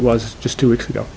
it was just two weeks ago